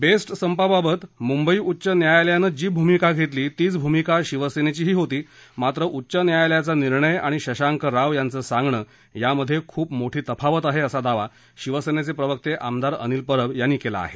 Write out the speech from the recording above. best संपाबाबत मुंबई उच्च न्यायालयानं जी भूमिका घेतली तीच भूमिका शिवसेनेचेही होती मात्र उच्च न्यायालयाचा निर्णय आणि शशांक राव यांचं सांगणं यात खूप मोठी तफावत आहे असा दावा शिवसेनेचे प्रवक्ते आमदार अनिल परब यांनी केला आहे